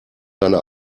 deine